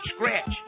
scratch